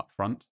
upfront